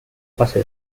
pase